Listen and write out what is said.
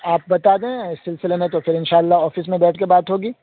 آپ بتا دیں اس سلسلے میں تو پھر ان شاء اللہ آفس میں بیٹھ کے بات ہوگی